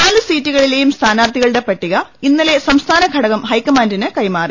നാല് സീറ്റുകളിലേയും സ്ഥാനാർത്ഥികളുടെ പട്ടിക ഇന്നലെ സംസ്ഥാന ഘടകം ഹൈക്കമ്മാൻഡിന്റ് കൈമാറി